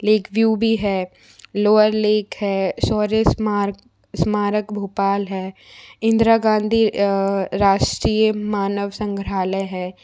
lake view भी है lower lake है शौर्य स्मारक स्मारक भोपाल है इंदिरा गांधी राष्ट्रीय मानव संग्रहालय है